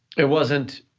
it wasn't.